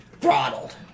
Throttled